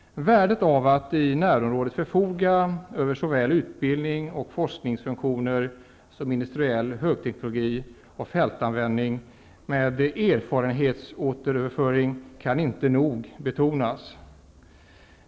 Värdet av att i närområdet förfoga över såväl utbildnings och forskningsfunktioner som industriell högteknologi och fältanvändning med erfarenhetsåterföring kan inte nog betonas.